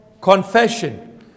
confession